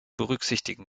berücksichtigen